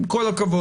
עם כל הכבוד.